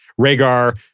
Rhaegar